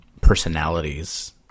personalities